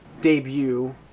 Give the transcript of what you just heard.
debut